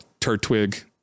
Turtwig